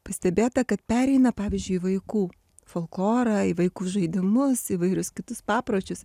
pastebėta kad pereina pavyzdžiui į vaikų folklorą į vaikų žaidimus įvairius kitus papročius